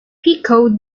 pico